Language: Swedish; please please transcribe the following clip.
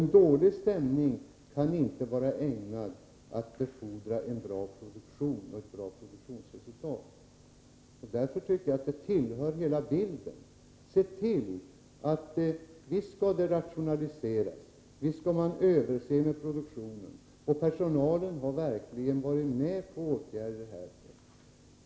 En dålig stämning kan inte vara ägnad att befordra en bra produktion och ett bra produktionsresultat. Därför tycker jag att det ingår i den totala bilden att man ser till att det rationaliseras, att man ser över produktionen. Personalen har verkligen varit med på åtgärder härför.